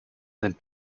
sind